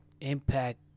impact